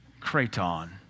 craton